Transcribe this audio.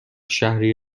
شهری